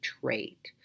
trait